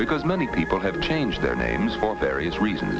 because many people have changed their names for various reasons